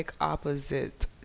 opposite